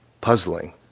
puzzling